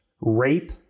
rape